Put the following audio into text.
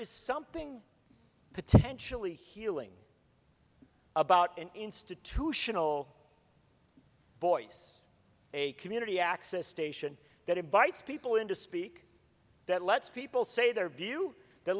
is something potentially healing about an institutional voice a community access station that invites people in to speak that lets people say their view th